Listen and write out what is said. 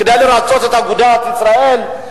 כדי לרצות את אגודת ישראל?